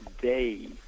day